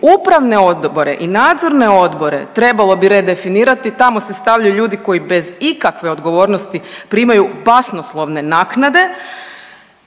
Upravne odbore i nadzorne odbore trebalo bi redefinirati, tamo se stavljaju ljudi koji bez ikakve odgovornosti primaju basnoslovne naknade.